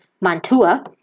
Mantua